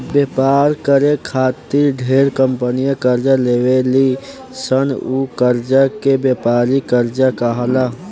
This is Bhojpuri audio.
व्यापार करे खातिर ढेरे कंपनी कर्जा लेवे ली सन उ कर्जा के व्यापारिक कर्जा कहाला